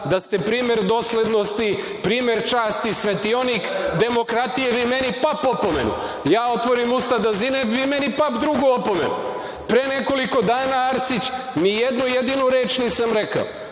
da ste primer doslednosti, primer časti, svetionik demokratije, vi meni opomenu. Ja otvorim usta da zinem, vi meni drugu opomenu. Pre nekoliko dana Arsić, ni jednu jedinu reč nisam rekao.